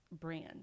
brand